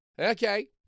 Okay